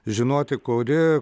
žinoti kuri